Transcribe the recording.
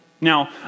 Now